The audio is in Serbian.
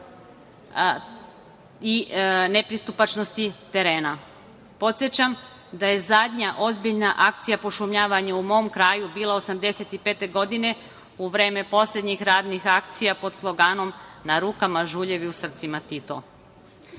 i nepristupačnosti terena. Podsećam da je zadnja ozbiljna akcija pošumljavanja u mom kraju bila 1985. godine u vreme poslednjih radnih akcija pod sloganom „Na rukama žuljevi, u srcima